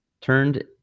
turned